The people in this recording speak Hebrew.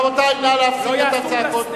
רבותי, נא להפסיק את הצעקות.